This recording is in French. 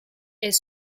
est